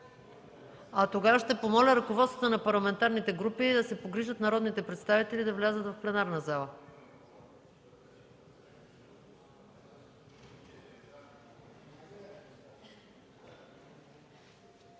реплики.) Ще помоля ръководствата на парламентарните групи да се погрижат народните представители да влязат в пленарната зала.